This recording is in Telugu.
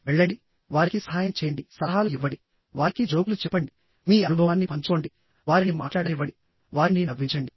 వెళ్ళండి వారికి సహాయం చేయండి సలహాలు ఇవ్వండి వారికి జోకులు చెప్పండి మీ అనుభవాన్ని పంచుకోండి వారిని మాట్లాడనివ్వండి వారిని నవ్వించండి